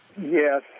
Yes